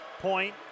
Point